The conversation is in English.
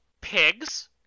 Pigs